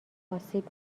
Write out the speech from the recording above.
آسیب